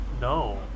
No